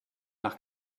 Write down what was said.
nach